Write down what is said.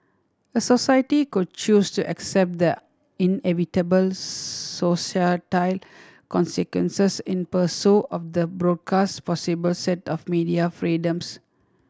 a society could choose to accept the inevitable societal consequences in pursuit of the broadcast possible set of media freedoms